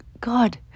God